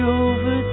over